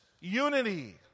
unity